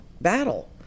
battle